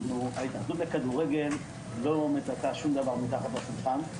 ההתאחדות לכדורגל לא מטאטאה שום דבר מתחת לשולחן.